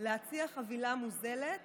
להציע חבילה מוזלת